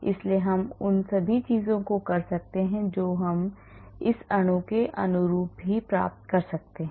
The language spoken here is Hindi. इसलिए हम उन सभी चीजों को कर सकते हैं जो अब हम इस अणु के अनुरूप भी प्राप्त कर सकते हैं